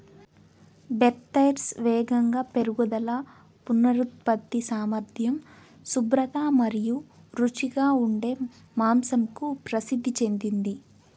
Berkshires వేగంగా పెరుగుదల, పునరుత్పత్తి సామర్థ్యం, శుభ్రత మరియు రుచిగా ఉండే మాంసంకు ప్రసిద్ధి చెందింది